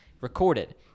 recorded